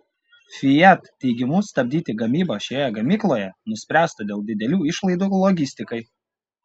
fiat teigimu stabdyti gamybą šioje gamykloje nuspręsta dėl didelių išlaidų logistikai